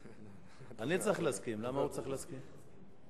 למה הוא צריך להסכים?